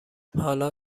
حالا